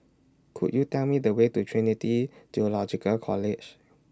Could YOU Tell Me The Way to Trinity Theological College